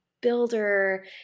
builder